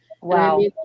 Wow